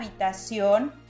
habitación